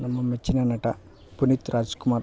ನಮ್ಮ ಮೆಚ್ಚಿನ ನಟ ಪುನೀತ ರಾಜ್ಕುಮಾರ್